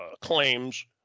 claims